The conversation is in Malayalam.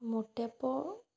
മുട്ടയപ്പം